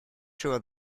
sure